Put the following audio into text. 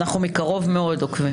אנחנו עוקבים מקרוב מאוד.